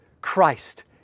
Christ